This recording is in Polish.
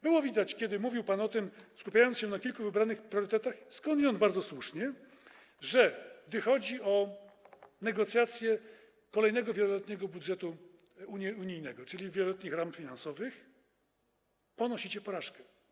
Było widać, kiedy mówił pan o tym, skupiając się na kilku wybranych priorytetach, skądinąd bardzo słusznie, że gdy chodzi o negocjacje kolejnego wieloletniego budżetu unijnego, czyli wieloletnich ram finansowych, ponosicie porażkę.